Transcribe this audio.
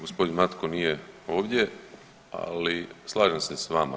Gospodin Matko nije ovdje ali slažem se s vama.